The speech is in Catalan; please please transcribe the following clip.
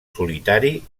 solitari